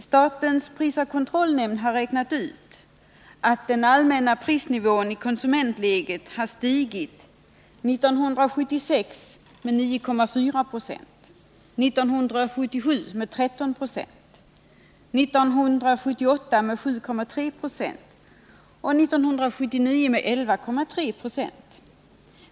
Statens prisoch kartellnämnd har räknat ut att den allmänna prisnivån i konsumentledet steg 1976 med 9,4 20, 1977 med 13 96, 1978 med 7,3 20 och 1979 med 11,3 26.